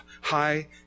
high